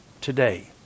today